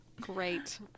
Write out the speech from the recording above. great